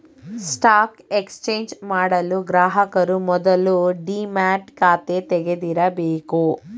stock exchange ಮಾಡಲು ಗ್ರಾಹಕರು ಮೊದಲು ಡಿಮ್ಯಾಟ್ ಖಾತೆ ತೆಗಿದಿರಬೇಕು